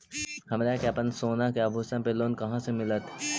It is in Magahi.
हमरा के अपना सोना के आभूषण पर लोन कहाँ से मिलत?